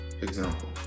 example